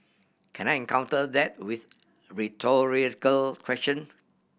can I in counter that with rhetorical question